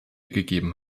gegeben